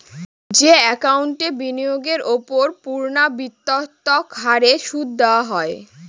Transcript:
যে একাউন্টে বিনিয়োগের ওপর পূর্ণ্যাবৃত্তৎকত হারে সুদ দেওয়া হয়